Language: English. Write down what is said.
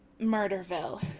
Murderville